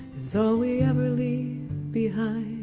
so we ever leave behind